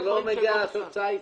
אני לא מגיע לתוצאה איתך.